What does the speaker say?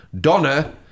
Donna